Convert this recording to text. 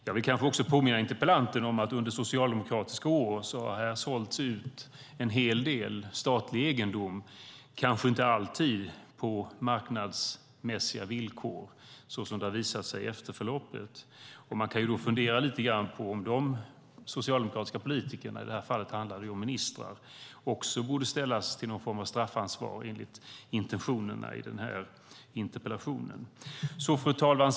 Jag vill också påminna interpellanten om att det under socialdemokratiska år har sålts ut en hel del statlig egendom, kanske inte alltid på marknadsmässiga villkor, såsom det har visat sig i efterförloppet. Man kan då fundera lite grann på om de socialdemokratiska politikerna - i det här fallet handlar det om ministrar - också borde ha någon form av straffansvar enligt intentionerna i den här interpellationen. Fru talman!